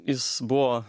jis buvo